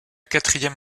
quatrième